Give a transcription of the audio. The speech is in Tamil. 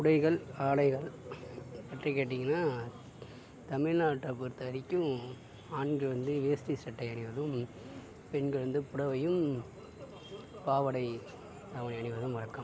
உடைகள் ஆடைகள் பற்றி கேட்டீங்கன்னா தமிழ்நாட்டை பொறுத்தவரைக்கும் ஆண்கள் வந்து வேஷ்டி சட்டை அணிவதும் பெண்கள் வந்து புடவையும் பாவாடை தாவணி அணிவதும் வழக்கம்